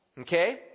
Okay